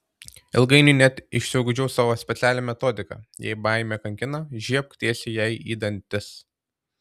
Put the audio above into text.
ilgainiui net išsiugdžiau savo specialią metodiką jei baimė kankina žiebk tiesiai jai į dantis